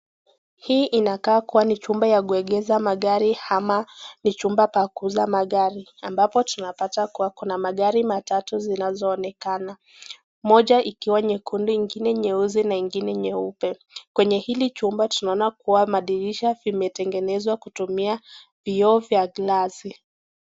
Hii inakaa chumba ya kuegesha magari ama chumba cha kuuza magari, ambapo tunapata kuwa kuna magari matatu zinazo onekana, moja ikiwa nyekundi ingine nyeusi na ingine nyeupe. Kwenye hili chumba tuna ona kuwa madirisha vimetengenezwa kutumia vioo ya glasi.